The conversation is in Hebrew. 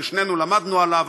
ששנינו למדנו עליו,